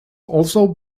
also